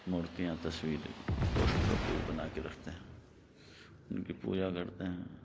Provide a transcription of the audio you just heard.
مورتیاں تصویر پوسٹروں پہ بھی بناکے رکھتے ہیں اُن کی پوجا کرتے ہیں